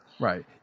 Right